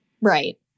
Right